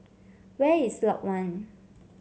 where is Lot One